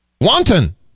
Wanton